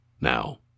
Now